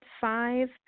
five